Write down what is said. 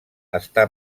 està